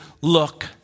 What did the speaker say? look